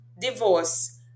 divorce